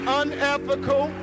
unethical